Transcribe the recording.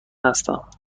هستم